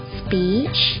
speech